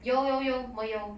有有有我有